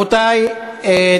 חמישה בעד, למה,